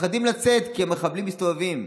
מפחדים לצאת כי המחבלים מסתובבים.